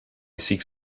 seeks